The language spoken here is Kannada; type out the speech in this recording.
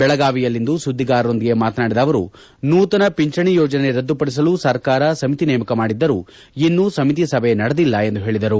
ಬೆಳಗಾವಿಯಲ್ಲಿಂದು ಸುದ್ದಿಗಾರರೊಂದಿಗೆ ಮಾತನಾಡಿದ ಅವರು ನೂತನ ಪಿಂಚಣಿ ಯೋಜನೆ ರದ್ದುಪಡಿಸಲು ಸರ್ಕಾರ ಸಮಿತಿ ನೇಮಕ ಮಾಡಿದ್ದರೂ ಇನ್ನು ಸಮಿತಿ ಸಭೆ ನಡೆದಿಲ್ಲ ಎಂದು ಹೇಳಿದರು